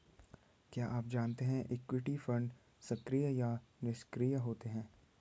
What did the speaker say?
क्या आप जानते है इक्विटी फंड्स सक्रिय या निष्क्रिय होते हैं?